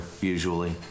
usually